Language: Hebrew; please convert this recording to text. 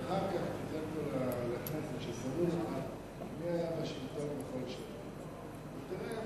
ואחר כך נראה מי היה בשלטון בכל שנה, ותראה,